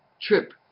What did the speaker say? trip